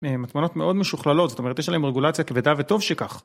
מתמנות מאוד משוכללות, זאת אומרת יש להן רגולציה כבדה וטוב שכך.